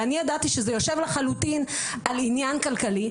ואני ידעתי שזה יושב לחלוטין על עניין כלכלי,